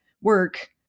work